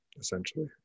essentially